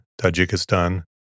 Tajikistan